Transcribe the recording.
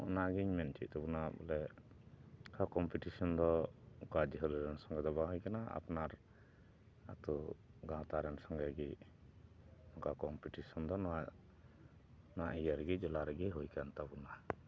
ᱚᱱᱟᱜᱤᱧ ᱢᱮᱱ ᱦᱚᱪᱚᱭᱮᱫ ᱛᱟᱵᱚᱱᱟ ᱵᱚᱞᱮ ᱠᱚᱢᱯᱤᱴᱤᱥᱮᱱ ᱫᱚ ᱚᱠᱟ ᱡᱷᱟᱹᱞ ᱨᱮᱱ ᱥᱚᱸᱜᱮ ᱫᱚ ᱵᱟᱝ ᱦᱩᱭ ᱠᱟᱱᱟ ᱟᱯᱱᱟᱨ ᱟᱛᱳ ᱜᱟᱶᱛᱟ ᱨᱮᱱ ᱥᱚᱸᱜᱮ ᱜᱮ ᱚᱝᱠᱟ ᱠᱚᱢᱯᱤᱴᱤᱥᱚᱱ ᱫᱚ ᱱᱚᱣᱟ ᱱᱚᱣᱟ ᱤᱭᱟᱹ ᱨᱮᱜᱮ ᱡᱚᱞᱟ ᱨᱮᱜᱮ ᱦᱩᱭᱠᱟᱱ ᱛᱟᱵᱚᱱᱟ